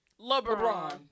LeBron